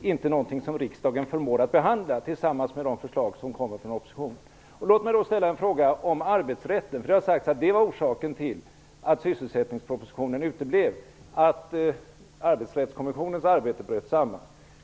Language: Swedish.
inte något som riksdagen förmår att behandla tillsammans med de förslag som kommer från oppositionen. Låt mig så ta upp frågan om arbetsrätten. Det har sagts att orsaken till att sysselsättningspropositionen uteblev var att Arbetsrättskommissionens arbete bröt samman.